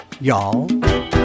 y'all